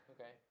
Okay